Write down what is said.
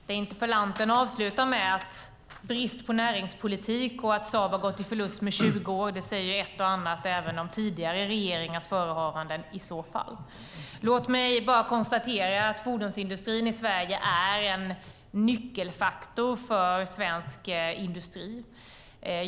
Fru talman! Interpellanten avslutade med att tala om en brist på näringspolitik och om att Saab har gått med förlust i 20 år. Det säger i så fall ett och annat även om tidigare regeringars förehavanden. Låt mig konstatera att fordonsindustrin i Sverige är en nyckelfaktor för svensk industri.